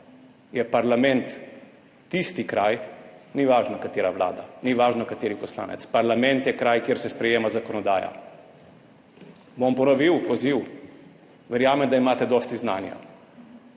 je parlament tisti kraj, ni važno katera vlada, ni važno kateri poslanec, parlament je kraj, kjer se sprejema zakonodaja. Bom ponovil poziv. Verjamem, da imate dosti znanja.